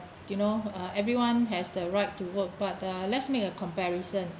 you know uh everyone has the right to vote but uh let's make a comparison